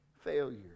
failure